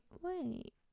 wait